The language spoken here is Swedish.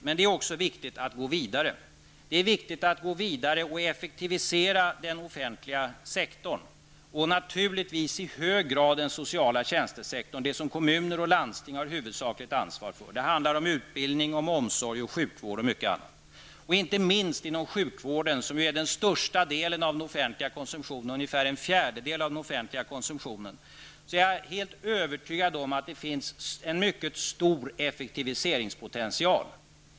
Men det är också viktigt att gå vidare och effektivisera den offentliga sektorn -- och naturligtvis i hög grad den sociala tjänstesektorn, den som kommuner och landsting har huvudsakligt ansvar för. Det handlar om utbildning, omsorg, sjukvård och mycket annat. Inte minst när det gäller sjukvården, som ju är den största delen -- ungefär en fjärdedel -- av den offentliga konsumtionen, är jag helt övertygad om att det finns en mycket stor effektiviseringspotential.